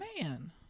Man